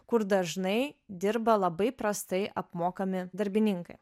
kur dažnai dirba labai prastai apmokami darbininkai